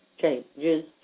changes